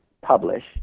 publish